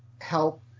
help